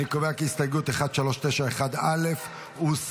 אני קובע כי הסתייגות 1391א הוסרה.